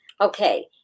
Okay